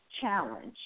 Challenge